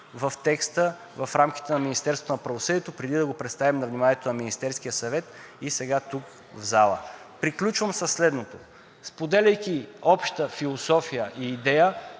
на правосъдието, преди да го представим на вниманието на Министерския съвет и сега тук в залата. Приключвам със следното: споделяйки обща философия и идея,